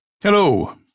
Hello